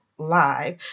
live